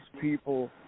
people